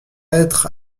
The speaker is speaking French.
être